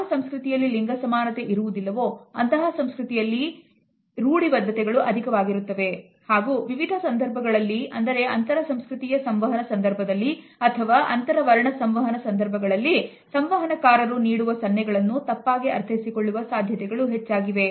ಯಾವ ಸಂಸ್ಕೃತಿಯಲ್ಲಿ ಲಿಂಗ ಸಮಾನತೆ ಇರುವುದಿಲ್ಲವೋ ಅಂತಹ ಸಂಸ್ಕೃತಿಯಲ್ಲಿ ಇರುಮುಡಿ ಬದ್ಧತೆಗಳು ಅಧಿಕವಾಗಿರುತ್ತವೆ ಹಾಗೂ ವಿವಿಧ ಸಂದರ್ಭಗಳಲ್ಲಿ ಅಂದರೆ ಅಂತರ ಸಂಸ್ಕೃತಿಯ ಸಂವಹನ ಸಂದರ್ಭದಲ್ಲಿ ಅಥವಾ ಅಂತರ ವರ್ಣ ಸಂವಹನ ಸಂದರ್ಭಗಳಲ್ಲಿ ಸಂವಹನಕಾರರು ನೀಡುವ ಸನ್ನೆಗಳನ್ನು ತಪ್ಪಾಗಿ ಅರ್ಥೈಸಿ ಕೊಳ್ಳುವ ಸಾಧ್ಯತೆಗಳು ಹೆಚ್ಚಾಗಿವೆ